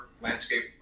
landscape